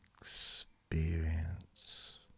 experience